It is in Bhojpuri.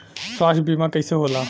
स्वास्थ्य बीमा कईसे होला?